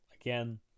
again